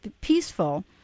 peaceful